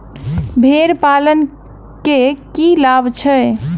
भेड़ पालन केँ की लाभ छै?